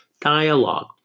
dialogue